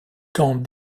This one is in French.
quand